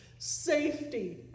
safety